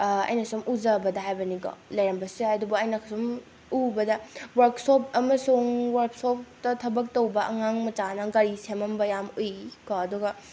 ꯑꯩꯅ ꯁꯨꯝ ꯎꯖꯕꯗ ꯍꯥꯏꯕꯅꯤꯀꯣ ꯂꯩꯔꯝꯕꯁꯨ ꯌꯥꯏ ꯑꯗꯨꯕꯨ ꯑꯩꯅ ꯁꯨꯝ ꯎꯕꯗ ꯋꯥꯛꯁꯣꯞ ꯑꯃꯁꯨꯡ ꯋꯥꯛꯁꯣꯞꯇ ꯊꯕꯛ ꯇꯧꯕ ꯑꯉꯥꯡ ꯃꯆꯥꯅ ꯒꯥꯔꯤ ꯁꯦꯝꯃꯝꯕ ꯌꯥꯝ ꯎꯏ ꯀꯣ ꯑꯗꯨꯒ